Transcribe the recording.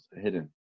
hidden